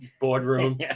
boardroom